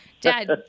Dad